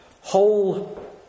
Whole